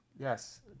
Yes